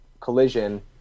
collision